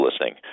listening